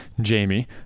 Jamie